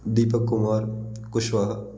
Deepak Kumar Kushwaha